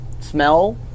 smell